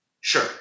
Sure